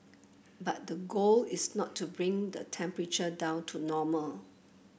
but the goal is not to bring the temperature down to normal